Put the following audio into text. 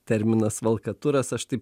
terminas valkaturas aš taip